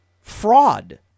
fraud